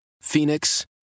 Phoenix